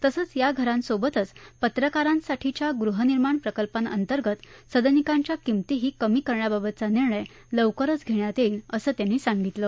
तसंच या घरांसोबतच पत्रकारांसाठीच्या गृहनिर्माण प्रकल्पांतर्गत सदनिकांच्या किंमतीही कमी करण्याबाबतचा निर्णयही लवकरच घेण्यात येईल असं त्यांनी सांगितलं